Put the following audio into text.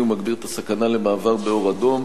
ומגביר את הסכנה של מעבר באור אדום.